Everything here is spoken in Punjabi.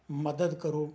ਮਦਦ ਕਰੋ